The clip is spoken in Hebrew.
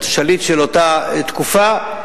השליט של אותה תקופה,